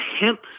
hemp